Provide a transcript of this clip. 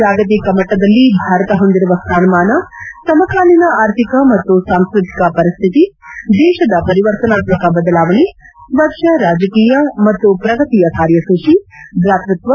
ಜಾಗತಿಕ ಮಟ್ಟದಲ್ಲಿ ಭಾರತ ಹೊಂದಿರುವ ಸ್ವಾನಮಾನ ಸಮಕಾಲೀನ ಆರ್ಥಿಕ ಮತ್ತು ಸಾಂಸ್ಟ್ರತಿಕ ಪರಿಸ್ತಿತಿ ದೇತದ ಪರಿವರ್ತನಾತ್ಸಕ ಬದಲಾವಣೆ ಸ್ವಚ್ದ ರಾಜಕೀಯ ಮತ್ತು ಪ್ರಗತಿಯ ಕಾರ್ಯಸೂಚಿ ಪರಾನುಭೂತಿ ಭ್ರಾತೃತ್ವ